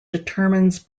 determines